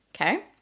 okay